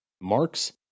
Marx